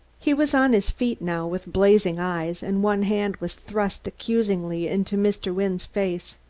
he was on his feet now, with blazing eyes, and one hand was thrust accusingly into mr. wynne's face.